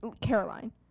Caroline